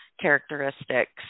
characteristics